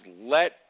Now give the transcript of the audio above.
let